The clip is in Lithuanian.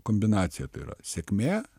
kombinacija tai yra sėkmė